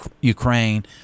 Ukraine